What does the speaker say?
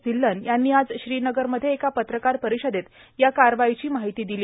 धिल्लन यांनी आज श्रीनगरमध्ये एका पत्रकार परिषदेत या कारवाईची माहिती दिली